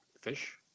Fish